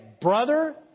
brother